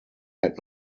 had